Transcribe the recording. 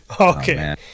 Okay